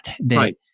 Right